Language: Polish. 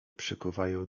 przykuwają